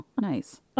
nice